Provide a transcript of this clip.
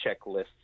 checklists